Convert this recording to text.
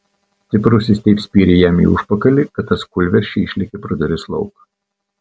stiprusis taip spyrė jam į užpakalį kad tas kūlversčia išlėkė pro duris lauk